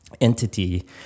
entity